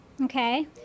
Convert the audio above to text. Okay